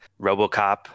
Robocop